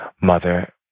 Mother